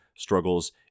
struggles